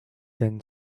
then